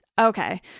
Okay